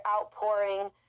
outpouring